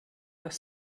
das